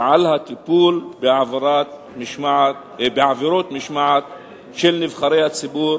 ועם הטיפול בעבירות משמעת של נבחרי הציבור